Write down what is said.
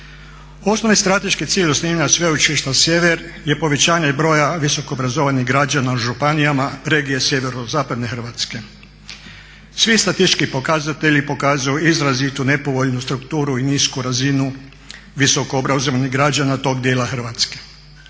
Osnovni strateški cilj osnivanja Sveučilišta Sjever je povećanje broj visokoobrazovanih građana u županijama regije SZ Hrvatske. Svi statistički pokazatelji pokazuju izrazitu nepovoljnu strukturu i nisku razinu visoko obrazovanih građana tog dijela Hrvatske.